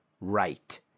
right